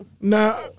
Now